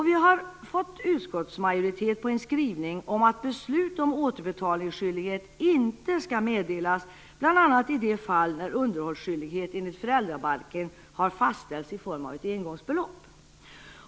Vi har fått utskottsmajoriteten med på en skrivning om att beslut om återbetalningsskyldighet inte skall meddelas bl.a. i de fall när underhållsskyldighet enligt föräldrabalken har fastställts i form av ett engångsbelopp.